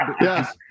Yes